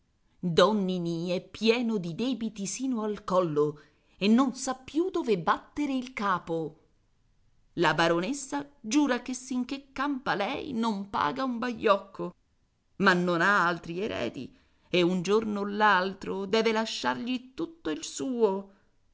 ninì è pieno di debiti sino al collo e non sa più dove battere il capo la baronessa giura che sinchè campa lei non paga un baiocco ma non ha altri eredi e un giorno o l'altro deve lasciargli tutto il suo